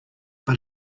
but